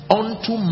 unto